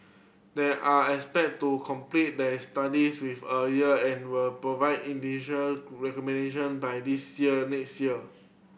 they are expected to complete their studies with a year and will provide initial recommendation by this year next year